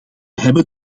hebben